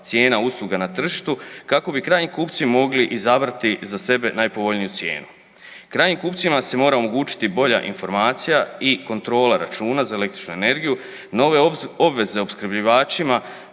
cijena usluga na tržištu kako bi krajnji kupci mogli izabrati za sebe najpovoljniju cijenu. Krajnjim kupcima se mora omogućiti bolja informacija i kontrola računa za električnu energiju. Nove obveze opskrbljivačima